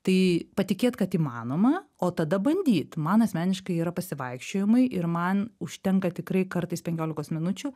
tai patikėt kad įmanoma o tada bandyt man asmeniškai yra pasivaikščiojimai ir man užtenka tikrai kartais penkiolikos minučių